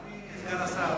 אדוני סגן השר,